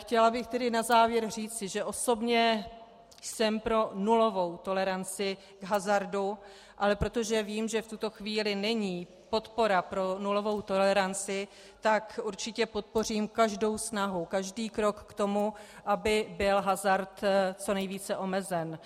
Chtěla bych tedy na závěr říci, že osobně jsem pro nulovou toleranci hazardu, ale protože vím, že v tuto chvíli není podpora pro nulovou toleranci, tak určitě podpořím každou snahu, každý krok k tomu, aby byl hazard co nejvíce omezen.